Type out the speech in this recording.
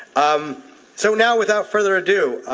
um so now without further ado,